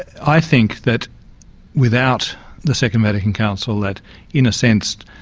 i think that without the second vatican council, that in a sense,